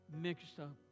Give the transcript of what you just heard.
mixed-up